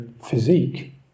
physique